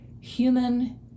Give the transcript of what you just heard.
human